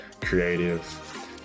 creative